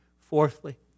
Fourthly